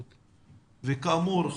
וכאמור,